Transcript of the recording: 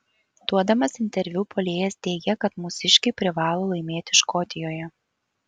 duodamas interviu puolėjas teigė kad mūsiškiai privalo laimėti škotijoje